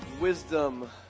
Wisdom